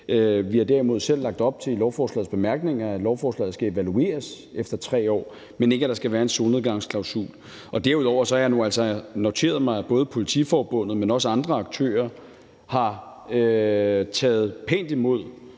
Vi har derimod selv i lovforslagets bemærkninger lagt op til, at lovforslaget skal evalueres efter 3 år, men ikke, at der skal være en solnedgangsklausul. Derudover har jeg nu altså noteret mig, at både Politiforbundet, men også andre aktører, har taget pænt imod